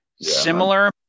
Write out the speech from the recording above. similar